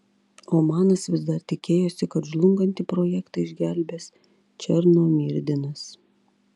omanas vis dar tikėjosi kad žlungantį projektą išgelbės černomyrdinas